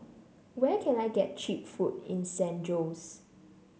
where can I get cheap food in San Jose